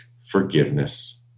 forgiveness